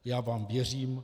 Já vám věřím.